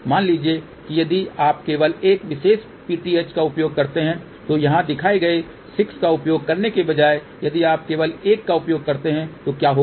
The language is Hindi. मान लीजिए यदि आप केवल एक विशेष पीटीएच का उपयोग करते हैं तो यहां दिखाए गए 6 का उपयोग करने के बजाय यदि आप केवल एक का उपयोग करते हैं तो क्या होगा